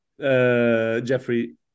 Jeffrey